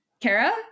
kara